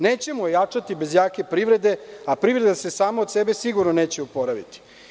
Nećemo jačati bez jake privrede, a privreda se sama od sebe sigurno neće oporaviti.